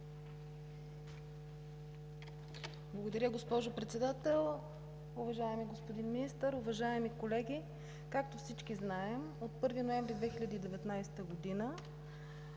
Благодаря, госпожо Председател. Уважаеми господин Министър, уважаеми колеги! Както всички знаем, от 1 ноември 2019 г.